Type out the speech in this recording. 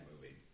movie